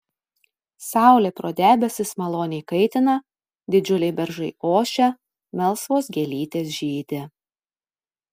saulė pro debesis maloniai kaitina didžiuliai beržai ošia melsvos gėlytės žydi